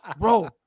Bro